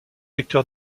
lecteur